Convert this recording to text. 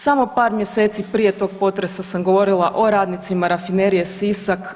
Samo par mjeseci prije tog potresa sam govorila o radnicima Rafinerije Sisak.